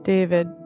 David